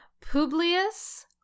Publius